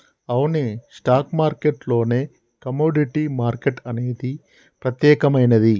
అవునే stock market లోనే commodity market అనేది ప్రత్యేకమైనది